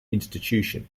institution